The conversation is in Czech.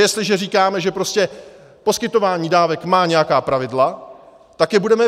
Jestliže říkáme, že prostě poskytování dávek má nějaká pravidla, tak je budeme vymáhat!